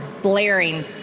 blaring